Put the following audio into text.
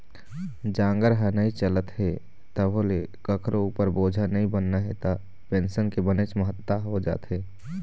जांगर ह नइ चलत हे तभो ले कखरो उपर बोझा नइ बनना हे त पेंसन के बनेच महत्ता हो जाथे